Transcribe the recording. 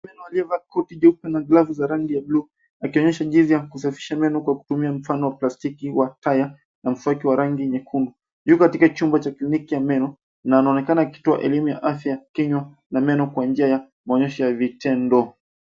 Daktari wa meno aliyevaa koti jeupe na glavu za rangi ya buluu akionyesha jinsi ya kusafisha meno kwa kutumia mfano wa plastiki wa taya na mswaki wa rangi nyekundu. Yu katika chumba cha kliniki cha meno na anaonekana kutoa elimu ya afya ya kinywa na meno kwa njia ya maonyesho ya vitendo.